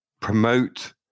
promote